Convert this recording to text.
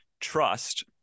trust